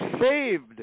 saved